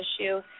issue